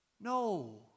No